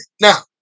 Now